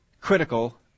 critical